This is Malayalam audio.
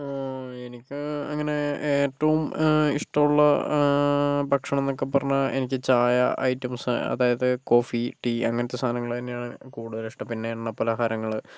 എനിക്ക് അങ്ങനെ ഏറ്റവും ഇഷ്ടം ഉള്ള ഭക്ഷണം എന്നൊക്കെ പറഞ്ഞാൽ എനിക്ക് ചായ ഐറ്റംസ് അതായത് കോഫി ടീ അങ്ങനത്തെ സാധനങ്ങൾ തന്നെയാണ് കൂടുതലും ഇഷ്ടം പിന്നെ എണ്ണ പലഹാരങ്ങള്